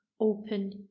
open